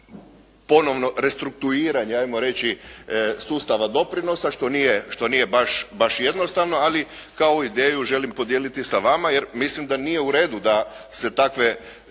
ponovno restruktuiranje ajmo reći sustava doprinosa što nije baš jednostavno, ali kao ideju želim podijeliti sa vama jer mislim da nije u redu da se takve